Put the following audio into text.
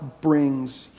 brings